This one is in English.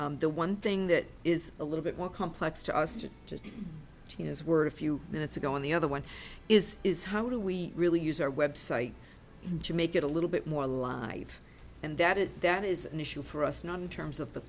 the one thing that is a little bit more complex to us to just as we're a few minutes ago in the other one is is how do we really use our website to make it a little bit more life and that is that is an issue for us not in terms of the